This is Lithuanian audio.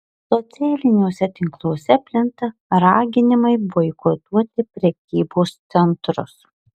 socialiniuose tinkluose plinta raginimai boikotuoti prekybos centrus